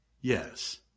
Yes